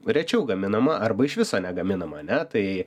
rečiau gaminama arba iš viso negaminama ane tai